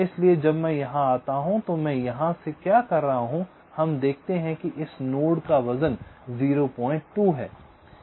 इसलिए जब मैं यहां आता हूं तो मैं यहां से क्या कर रहा हूं हम देखते हैं कि इस नोड का वजन 02 है